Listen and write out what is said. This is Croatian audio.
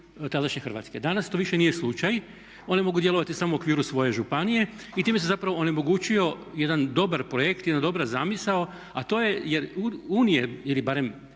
tadašnje Hrvatske. Danas to više nije slučaj. One mogu djelovati samo u okviru svoje županije i time se zapravo onemogućio jedan dobar projekt, jedna dobra zamisao a to je da unije, ili barem